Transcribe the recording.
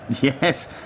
Yes